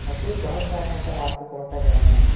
مشہور بہت سارے ہیں سر آپ کو کون سا جاننا ہے